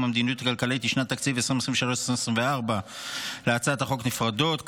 המדיניות הכלכלית לשנות התקציב 2023 ו-2024) להצעות חוק נפרדות,